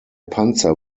panzer